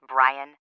Brian